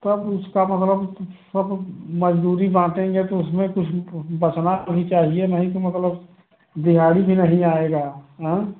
तब उसका मतलब मतलब मज़दूरी बाटेंगे तो उसमें कुछ बचना भी चाहिए नहीं तो मतलब दिहाड़ी भी नहीं आएगा हाँ